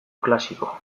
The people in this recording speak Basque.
klasiko